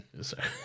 sorry